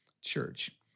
church